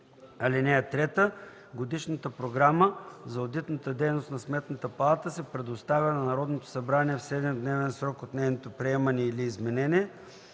година. (3) Годишната програма за одитната дейност на Сметната палата се предоставя на Народното събрание в 7-дневен срок от нейното приемане или изменение.